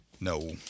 no